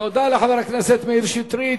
תודה לחבר הכנסת מאיר שטרית.